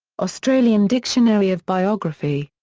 australian dictionary of biography.